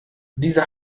diese